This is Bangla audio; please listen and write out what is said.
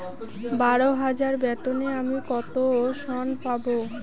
বারো হাজার বেতনে আমি কত ঋন পাব?